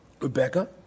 Rebecca